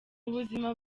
ubuzima